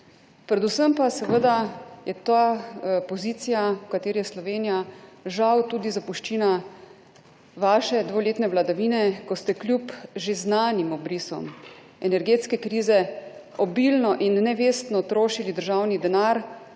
Predvsem pa seveda je ta pozicija, v kateri je Slovenija, žal tudi zapuščina vaše dvoletne vladavine, ko ste kljub že znanim obrisom energetske krize obilno in nevestno trošili državni denar,